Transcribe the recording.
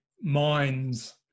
minds